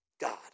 God